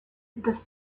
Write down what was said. the